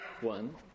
one